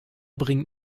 bringt